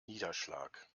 niederschlag